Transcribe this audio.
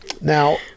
Now